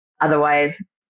Otherwise